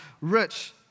rich